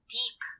deep